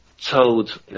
told